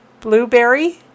Blueberry